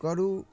करू